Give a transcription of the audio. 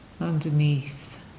underneath